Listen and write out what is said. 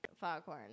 Foghorn